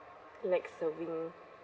like serving